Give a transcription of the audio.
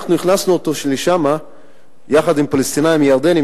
הכנסנו אותו לשם יחד עם הפלסטינים והירדנים,